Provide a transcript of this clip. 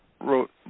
wrote